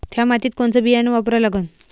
थ्या मातीत कोनचं बियानं वापरा लागन?